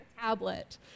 tablet